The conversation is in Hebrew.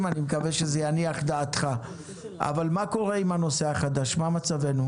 מישהו הבין אותי?